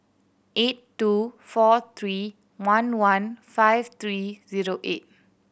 eight two four three one one five three zero eight